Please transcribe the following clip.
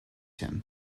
him